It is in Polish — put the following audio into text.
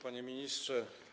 Panie Ministrze!